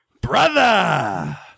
brother